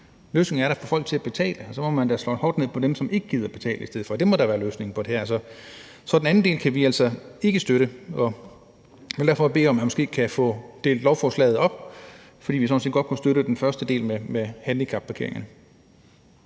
Løsningen er at få folk til at betale, og så må man da slå hårdt ned på dem, som ikke gider at betale. Det må da være løsningen på det her. Så den anden del af forslaget kan vi altså ikke støtte, og jeg vil derfor bede om måske at få delt lovforslaget op, fordi vi sådan set godt kan støtte den første del om handicapparkeringspladserne.